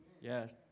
Yes